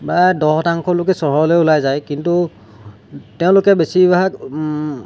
বা দহ শতাংশ লোকে চহৰলৈ ওলায় যায় কিন্তু তেওঁলোকে বেছিভাগ